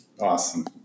awesome